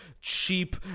Cheap